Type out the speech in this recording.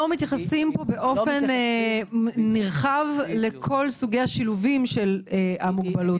לא מתייחסים פה באופן נרחב לכל סוגי השילובים של המוגבלות,